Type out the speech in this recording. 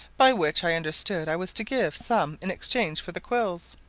by which i understood i was to give some in exchange for the quills.